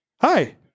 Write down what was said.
Hi